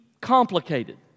complicated